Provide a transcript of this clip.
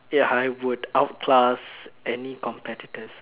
ya I would outplus any competitors